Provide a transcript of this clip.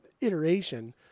iteration